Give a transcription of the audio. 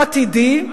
על נאום עתידי,